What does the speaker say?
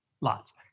lots